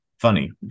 funny